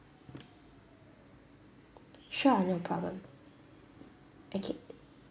sure no problem okay